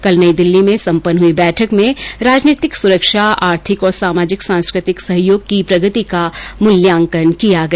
कल नई दिल्ली में सम्पन्न हुई बैठक में रजनीतिक सुरक्षा आर्थिक और सामाजिक सांस्कृतिक सहयोग की प्रगति का मूल्यांकन किया गया